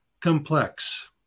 complex